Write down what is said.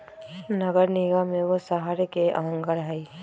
नगर निगम एगो शहरके अङग हइ